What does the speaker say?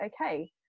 okay